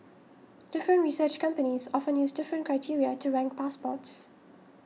different research companies often use different criteria to rank passports